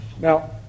now